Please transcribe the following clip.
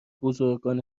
بزرگان